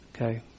Okay